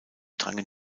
drangen